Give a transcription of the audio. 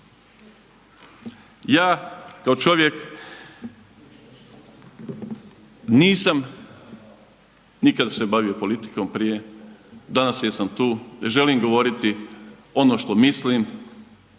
Ja kao čovjek nisam nikad se bavio politikom prije, danas jesam tu, želim govoriti ono što mislim,